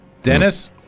Dennis